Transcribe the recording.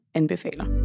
anbefaler